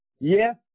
Yes